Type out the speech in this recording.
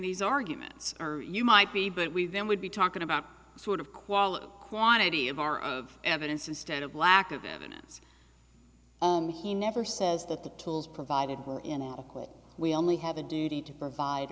these arguments you might be but we then would be talking about sort of quality quantity of our of evidence instead of lack of evidence he never says that the tools provided were inadequate we only have a duty to provide